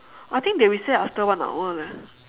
I think they reset after one hour leh